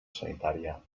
sanitària